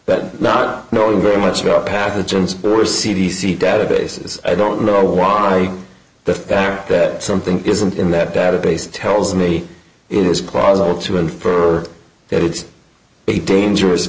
that not knowing very much about pathogens or c d c databases i don't know why the fact that something isn't in that database tells me it is plausible to infer that it's a dangerous